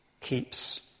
keeps